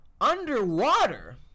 underwater